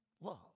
Love